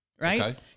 right